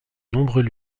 nombreux